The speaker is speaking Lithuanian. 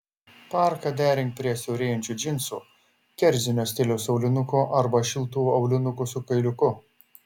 parką derink prie siaurėjančių džinsų kerzinio stiliaus aulinukų arba šiltų aulinukų su kailiuku